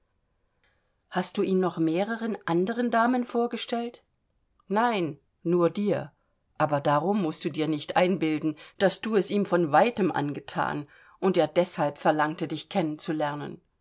hast du ihn noch mehreren anderen damen vorgestellt nein nur dir aber darum mußt du dir nicht einbilden daß du es ihm von weitem angethan und er deshalb verlangte dich